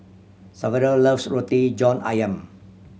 Saverio loves Roti John Ayam